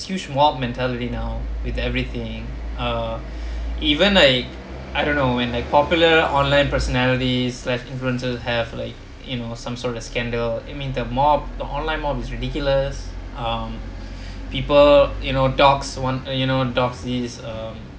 huge mob mentality now with everything uh even I I don't know when like popular online personality slashed influencers have like you know some sort of scandal you mean the mob the online mob is ridiculous um people you know dogs one uh you know dogs is uh